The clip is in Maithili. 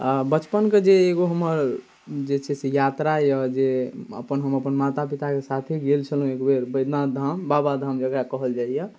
आओर बचपनके जे एगो हमर जे छै से यात्रा अइ जे अपन हम अपन हम मातापिताके साथे गेल छलहुँ एकबेर वैद्यनाथधाम बाबाधाम जकरा कहल जाइए